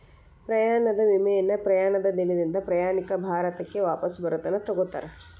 ಪ್ರಯಾಣದ ವಿಮೆಯನ್ನ ಪ್ರಯಾಣದ ದಿನದಿಂದ ಪ್ರಯಾಣಿಕ ಭಾರತಕ್ಕ ವಾಪಸ್ ಬರತನ ತೊಗೋತಾರ